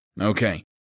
Okay